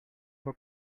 for